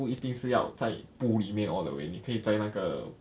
不一定是要在 pool 里面 all the way 你可以在那个